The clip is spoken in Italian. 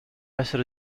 essere